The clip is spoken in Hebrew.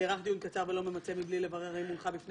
נערך דיון קצר ולא ממצה מבלי לברר אם הונחו בפני